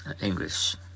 English